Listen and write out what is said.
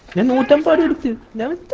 in the automotive you know